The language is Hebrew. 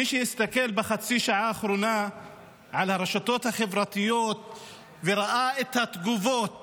מי שהסתכל בחצי השעה האחרונה על הרשתות החברתיות וראה את התגובות